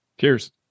Cheers